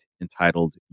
entitled